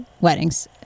weddings